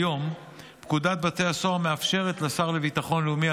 כיום פקודת בתי הסוהר מאפשרת לשר לביטחון לאומי,